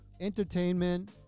entertainment